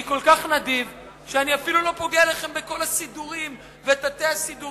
אני כל כך נדיב שאני אפילו לא פוגע לכם בכל הסידורים והתת-סידורים